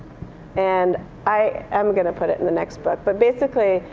and i am going to put it in the next book. but basically,